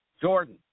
Jordan